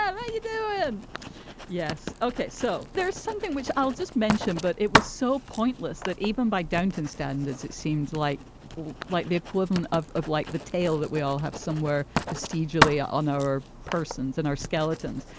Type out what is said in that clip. um ah you know ah yes. okay. so there is something which i'll just mention. but it was so pointless that even by downton standards it seems like like the equivalent of of like the tail that we all have somewhere fastidiously on our persons and our skeletons.